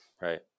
right